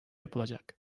yapılacak